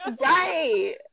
Right